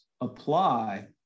apply